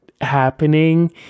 happening